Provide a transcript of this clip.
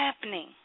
happening